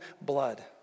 blood